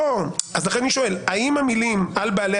לכן אני שואל: האם המילים "על בעליל